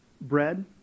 bread